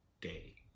day